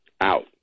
out